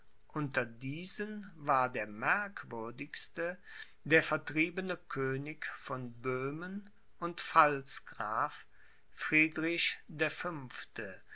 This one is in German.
unter diesen war der merkwürdigste der vertriebene könig von böhmen und pfalzgraf friedrich der fünfte